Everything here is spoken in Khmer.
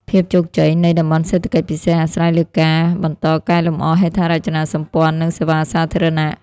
ភាពជោគជ័យនៃ តំបន់សេដ្ឋកិច្ចពិសេស អាស្រ័យលើការបន្តកែលម្អហេដ្ឋារចនាសម្ព័ន្ធ និងសេវាសាធារណៈ។